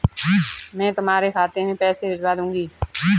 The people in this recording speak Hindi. मैं तुम्हारे खाते में पैसे भिजवा दूँगी